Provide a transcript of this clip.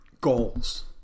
goals